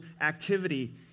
activity